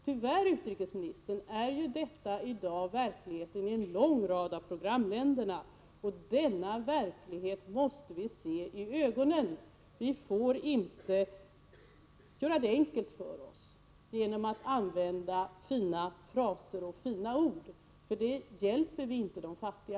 Tyvärr, utrikesministern, är detta i dag verkligheten i en lång rad av programländerna. Denna verklighet måste vi se i ögonen. Vi får inte göra det enkelt för oss genom att bara använda fina fraser och fina ord — det är ingen hjälp för de fattiga.